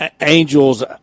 Angels